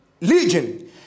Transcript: legion